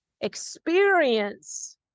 experience